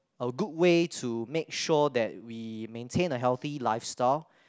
a good way to make sure that we maintain a healthy lifestyle